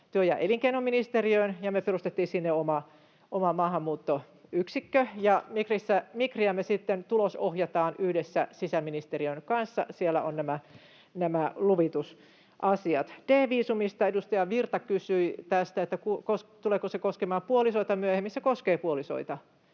työ- ja elinkeinoministeriöön, ja me perustimme sinne oman maahanmuuttoyksikön. Migriä me sitten tulosohjataan yhdessä sisäministeriön kanssa. Siellä ovat nämä luvitusasiat. D-viisumista kysyi edustaja Virta, että tuleeko se koskemaan puolisoita myöhemmin.